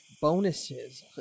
bonuses